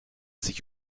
sich